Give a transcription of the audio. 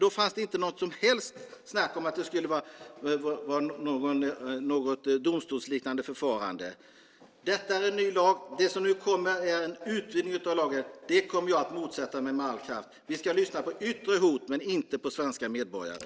Då fanns det inte något som helst snack om att det skulle vara något domstolsliknande förfarande. Detta är en ny lag. Det som nu kommer är en utvidgning av lagen. Det kommer jag att motsätta mig med all kraft. Vi ska lyssna på yttre hot men inte på svenska medborgare.